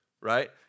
right